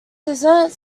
dessert